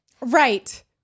Right